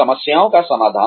समस्याओं का समाधान